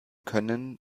können